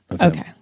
Okay